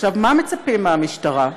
מה מצפים מהמשטרה,